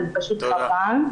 וזה פשוט חבל.